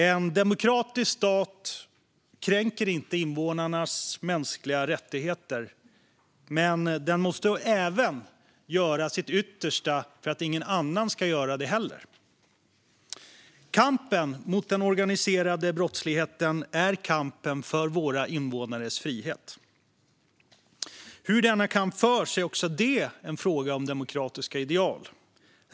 En demokratisk stat kränker inte invånarnas mänskliga rättigheter. Den måste även göra sitt yttersta för att ingen annan ska göra det heller. Kampen mot den organiserade brottsligheten är kampen för våra invånares frihet. Hur denna kamp förs är också det en fråga om demokratiska ideal.